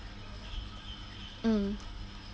mm